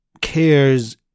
cares